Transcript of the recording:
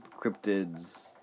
cryptids